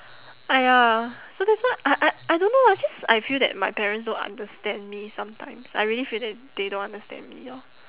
!aiya! so that's why I I I don't know ah I just I feel that my parents don't understand me sometimes I really feel that they don't understand me lor